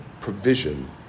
provision